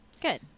Good